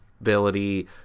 ability